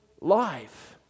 life